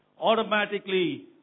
automatically